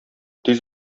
тиз